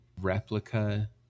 replica